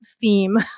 theme